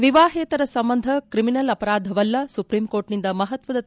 ವಿವಾಹೇತರ ಸಂಬಂಧ ಕ್ರಿಮಿನಲ್ ಅಪರಾಧವಲ್ಲ ಸುಪ್ರೀಂಕೋರ್ಟ್ನಿಂದ ಮಹತ್ವದ ತೀರ್ಮ